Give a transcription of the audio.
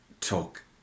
talk